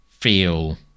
feel